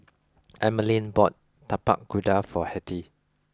Emmaline bought Tapak Kuda for Hettie